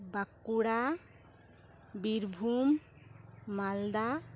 Bankura Birbhum Malda